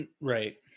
Right